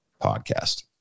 podcast